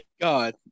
God